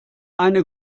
eine